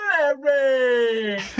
Larry